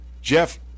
Jeff